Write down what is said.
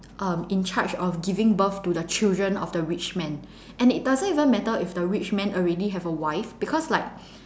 um in charge of giving birth to the children of the rich man and it doesn't even matter if the rich man already have a wife because like